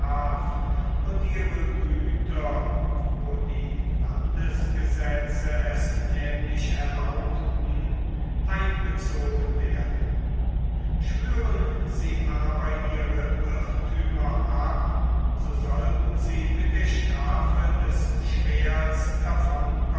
und ihre güter wo die landesgesetze es nämlich erlaubten eingezogen werden schwüren sie aber ihre irrthümer ab so sollten sie mit der strafe des schwerts davon